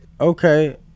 Okay